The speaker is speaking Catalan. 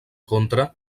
contra